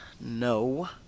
No